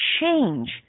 change